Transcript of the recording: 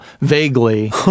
vaguely